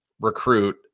recruit